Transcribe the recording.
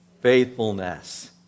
Faithfulness